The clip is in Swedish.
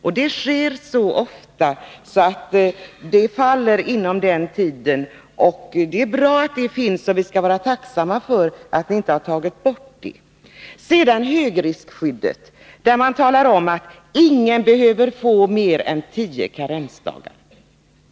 Behandlingarna sker så ofta att dessa patienters behandlingar faller inom 20 dagar. Det är bra att den regeln finns, och vi skall vara tacksamma för att ni inte har tagit bort den. Sedan var det högriskskyddet. Man talar om att ingen behöver få mer än tio karensdagar.